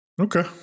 Okay